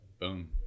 boom